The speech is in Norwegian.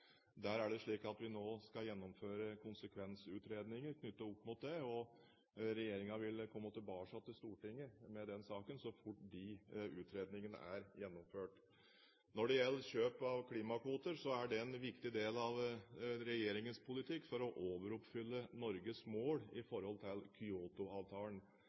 Der er det slik at vi nå skal gjennomføre konsekvensutredninger knyttet opp mot det, og regjeringen vil komme tilbake til Stortinget med den saken så fort de utredningene er gjennomført. Når det gjelder kjøp av klimakvoter, er det en viktig del av regjeringens politikk for å overoppfylle Norges mål i forhold til